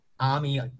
army